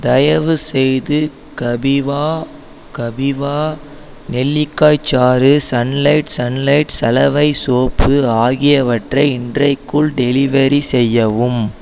தயவுசெய்து கபீவா கபீவா நெல்லிக்காய்ச் சாறு சன்லைட் சன்லைட் சலவை சோப்பு ஆகியவற்றை இன்றைக்குள் டெலிவெரி செய்யவும்